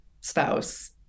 spouse